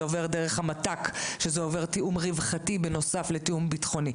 עובר דרך המת"ק ושזה עובר תיאום רווחתי בנוסף לתיאום ביטחוני.